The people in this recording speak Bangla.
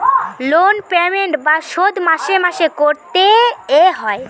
লোন পেমেন্ট বা শোধ মাসে মাসে করতে এ হয়